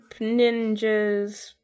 Ninjas